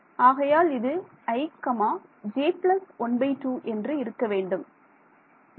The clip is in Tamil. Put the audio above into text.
ஆகையால் இது i j 12 என்று இருக்க வேண்டும்